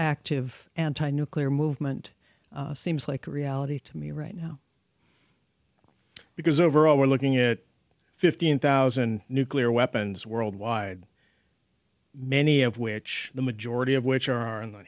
active anti nuclear movement seems like reality to me right now because overall we're looking at fifteen thousand nuclear weapons worldwide many of which the majority of which are in the